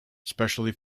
specially